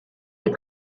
les